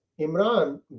Imran